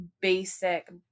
basic